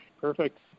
perfect